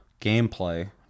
gameplay